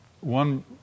one